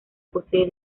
posee